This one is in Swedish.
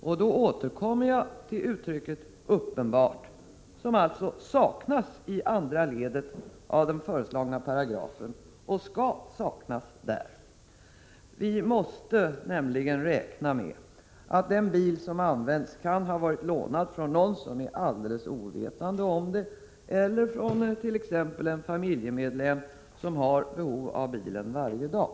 Jag återkommer då till uttrycket uppenbart, som alltså saknas i andra ledet av den föreslagna paragrafen — och skall saknas där. Vi måste nämligen räkna med att den bil som har använts kan ha lånats från någon som är ovetande om det eller från t.ex. en familjemedlem som har behov av bilen varje dag.